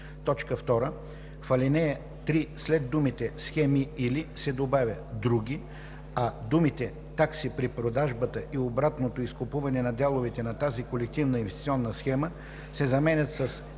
2. В ал. 3 след думите „схеми или“ се добавя „други“, а думите „такси при продажбата и обратното изкупуване на дяловете на тази колективна инвестиционна схема“ се заменят с „такси